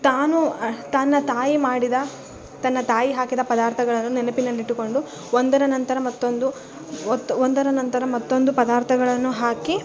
ತಾನು ತನ್ನ ತಾಯಿ ಮಾಡಿದ ತನ್ನ ತಾಯಿ ಹಾಕಿದ ಪದಾರ್ಥಗಳನ್ನು ನೆನಪಿನಲ್ಲಿ ಇಟ್ಟುಕೊಂಡು ಒಂದರ ನಂತರ ಮತ್ತೊಂದು ಒತ್ತು ಒಂದರ ನಂತರ ಮತ್ತೊಂದು ಪದಾರ್ಥಗಳನ್ನು ಹಾಕಿ